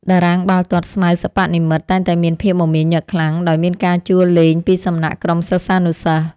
តារាងបាល់ទាត់ស្មៅសិប្បនិម្មិតតែងតែមានភាពមមាញឹកខ្លាំងដោយមានការជួលលេងពីសំណាក់ក្រុមសិស្សានុសិស្ស។